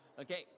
Okay